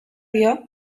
dio